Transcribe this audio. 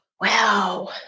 wow